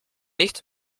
nicht